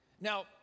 Now